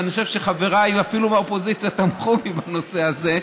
ואני חושב שאפילו חבריי מהאופוזיציה תמכו בי בנושא הזה,